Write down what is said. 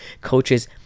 coaches